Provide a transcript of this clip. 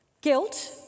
Guilt